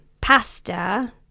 pasta